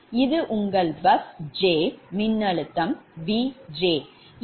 இது உங்கள் bus j மின்னழுத்தம் Vj